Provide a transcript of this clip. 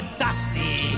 dusty